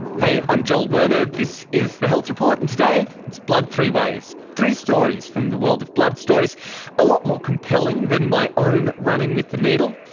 hey, i'm joel werner, this is the health report, and today it's a blood three ways. three stories from the world of blood, stories a lot more compelling than my own run-in with the needle.